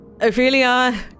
Ophelia